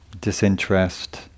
disinterest